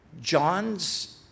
John's